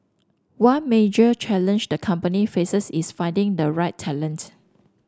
one major challenge the company faces is finding the right talent